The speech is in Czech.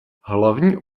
hlavní